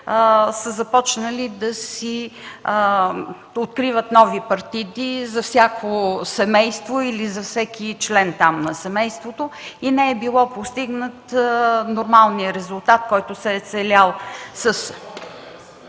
са започнали да си откриват нови партиди за всяко семейство или за всеки член на семейството. Не е бил постигнат нормалният резултат, който се е целял.